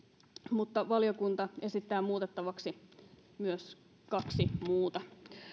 mutta valiokunta esittää muutettavaksi myös kahta muuta lakia